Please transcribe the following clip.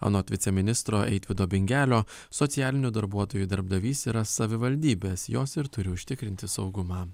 anot viceministro eitvydo bingelio socialinių darbuotojų darbdavys yra savivaldybės jos ir turi užtikrinti saugumą